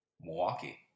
Milwaukee